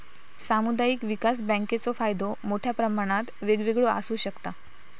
सामुदायिक विकास बँकेचो फायदो मोठ्या प्रमाणात वेगवेगळो आसू शकता